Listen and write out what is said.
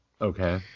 Okay